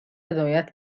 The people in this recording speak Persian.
هدایت